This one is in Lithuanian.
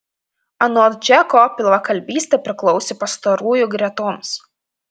anot džeko pilvakalbystė priklausė pastarųjų gretoms